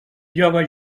lloga